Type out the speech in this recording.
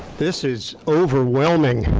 this is overwhelming.